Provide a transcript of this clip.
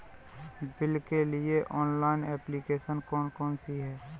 Bill के लिए online application कौन कौन सी हैं?